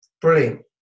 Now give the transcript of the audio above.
Brilliant